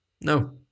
no